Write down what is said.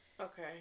Okay